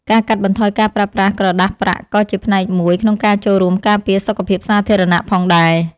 ការកាត់បន្ថយការប្រើប្រាស់ក្រដាសប្រាក់ក៏ជាផ្នែកមួយក្នុងការចូលរួមការពារសុខភាពសាធារណៈផងដែរ។